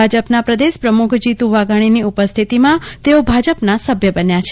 ભાજપના પ્રદેશ પ્રમુખ જીતુ વાઘાણીની ઉપસ્થિતિમાં ભાજપના સભ્ય બન્યા છે